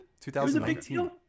2019